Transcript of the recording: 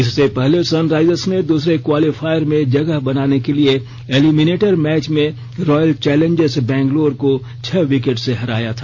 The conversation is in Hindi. इससे पहले सनराइजर्स ने दूसरे क्वालीफायर में जगह बनाने के लिए एलिमिनेटर मैच में रॉयल चैलेन्जर्स बंगलौर को छह विकेट से हराया था